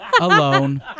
Alone